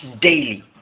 daily